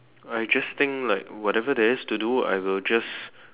I just think like whatever there is to do I will just